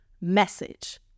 message